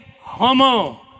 homo